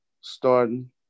starting